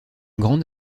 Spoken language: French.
grande